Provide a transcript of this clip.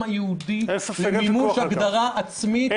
היהודי למימוש הגדרה עצמית --- אין ספק,